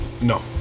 No